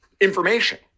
information